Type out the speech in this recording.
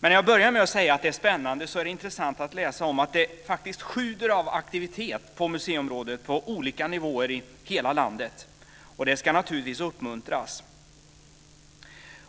Jag började med att säga att det är spännande att läsa alla motioner. Det är intressant att läsa om att det faktiskt sjuder av aktivitet på museiområdet på olika nivåer i hela landet. Det ska naturligtvis uppmuntras.